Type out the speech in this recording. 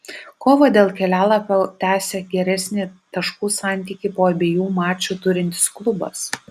kovą dėl kelialapio tęsia geresnį taškų santykį po abiejų mačų turintis klubas